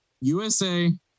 USA